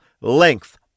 length